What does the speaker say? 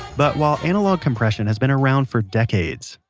but while analog compression had been around for decades,